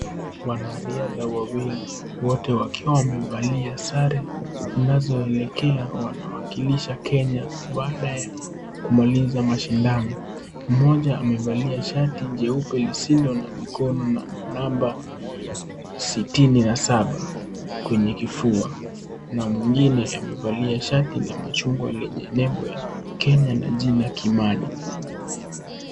Wanariadha wawili woote wakiwa wamevalia sare zinazoelezea wanawakilisha kenya. Baada ya kumaliza mashindano, moja amevalia shsti ya nyeupe lisilo na mikono na namba sitini na saba kwenye kifua na mwingine amevalia shati machungwa lenye nembo ya kenya na jina kimani.